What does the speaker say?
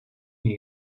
new